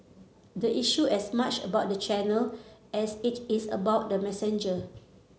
the issue as much about the channel as it is about the messenger